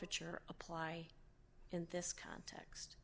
iture apply in this context